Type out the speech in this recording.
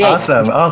Awesome